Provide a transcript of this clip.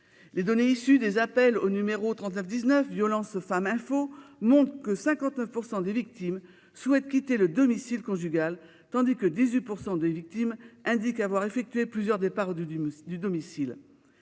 Les données issues des appels au numéro 3919 « Violences Femmes Info » montrent que 59 % des victimes souhaitent quitter le domicile conjugal, tandis que 18 % d'entre elles indiquent avoir effectué plusieurs départs du domicile.